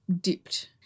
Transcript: dipped